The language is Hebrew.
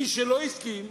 מי שלא הסכים,